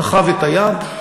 תחב את היד.